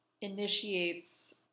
initiates